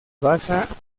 basa